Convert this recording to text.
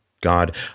God